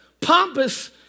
pompous